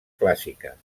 clàssiques